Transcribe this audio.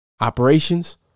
Operations